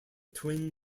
twin